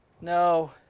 No